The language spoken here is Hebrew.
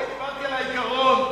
אני דיברתי על העיקרון.